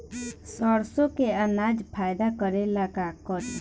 सरसो के अनाज फायदा करेला का करी?